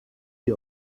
sie